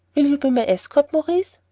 will you be my escort, maurice?